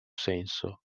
senso